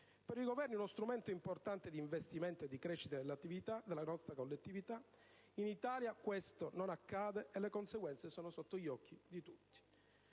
per i Governi uno strumento importante di investimento e di crescita della collettività, in Italia questo non accade, e le conseguenze sono sotto gli occhi di tutti.